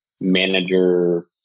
manager